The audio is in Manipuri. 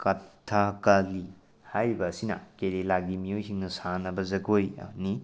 ꯀꯊꯥ ꯀꯥꯂꯤ ꯍꯥꯏꯔꯤꯕ ꯑꯁꯤꯅ ꯀꯦꯔꯦꯂꯥꯒꯤ ꯃꯤꯑꯣꯏꯁꯤꯡꯅ ꯁꯥꯅꯕ ꯖꯒꯣꯏꯅꯤ